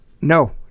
No